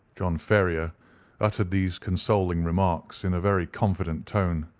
john ferrier uttered these consoling remarks in a very confident tone,